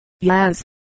Yes